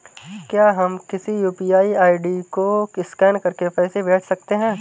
क्या हम किसी यू.पी.आई आई.डी को स्कैन करके पैसे भेज सकते हैं?